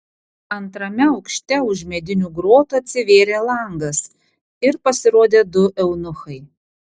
antrame aukšte už medinių grotų atsivėrė langas ir pasirodė du eunuchai